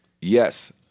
Yes